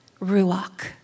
ruach